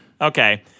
Okay